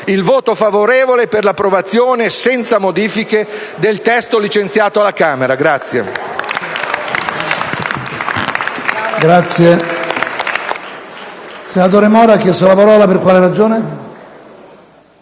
il voto favorevole per l'approvazione, senza modifiche, del testo licenziato dalla Camera.